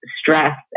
stress